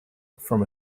from